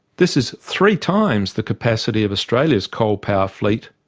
this is three times the capacity of australia's coal power fleet,